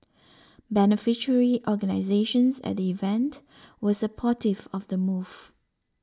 beneficiary organisations at the event were supportive of the move